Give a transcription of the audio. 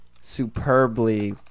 superbly